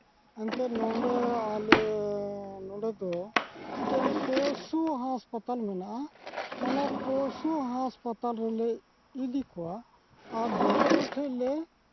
ᱮᱱᱛᱮᱫ ᱱᱚᱰᱮ ᱟᱞᱮ ᱱᱚᱰᱮ ᱫᱚ ᱢᱤᱫᱴᱮᱱ ᱯᱚᱥᱩ ᱦᱟᱥᱯᱟᱛᱟᱞ ᱢᱮᱱᱟᱜᱼᱟ ᱚᱱᱟ ᱯᱚᱥᱩ ᱦᱟᱥᱯᱟᱛᱟᱞ ᱨᱮᱞᱮ ᱤᱫᱤ ᱠᱚᱣᱟ ᱟᱨ ᱰᱚᱠᱴᱚᱨ ᱴᱷᱮᱡ ᱞᱮ